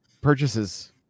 purchases